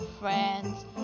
friends